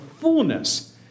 fullness